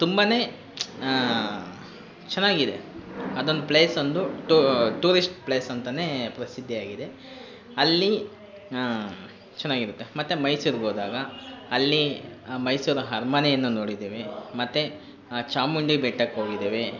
ತುಂಬನೇ ಚೆನ್ನಾಗಿದೆ ಅದೊಂದು ಪ್ಲೇಸೊಂದು ಟೂರಿಸ್ಟ್ ಪ್ಲೇಸ್ ಅಂತಲೇ ಪ್ರಸಿದ್ಧಿಯಾಗಿದೆ ಅಲ್ಲಿ ಚೆನ್ನಾಗಿರುತ್ತೆ ಮತ್ತೆ ಮೈಸೂರಿಗೋದಾಗ ಅಲ್ಲಿ ಮೈಸೂರು ಅರ್ಮನೆಯನ್ನ ನೋಡಿದ್ದೇವೆ ಮತ್ತು ಚಾಮುಂಡಿ ಬೆಟ್ಟಕ್ಕೋಗಿದ್ದೇವೆ